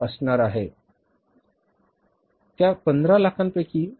म्हणजेच 3 महिने जून जुलै आणि ऑगस्टमध्ये एकुण 15 लाखांची विक्री होणार आहे